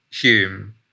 Hume